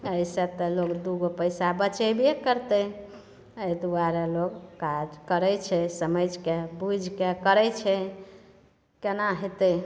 एहिसँ तऽ लोग दुगो पैसा बचेबे करतै एहि दुआरे लोक काज करैत छै समझिके बुझिके करैत छै केना होयतै